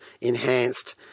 enhanced